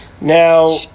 Now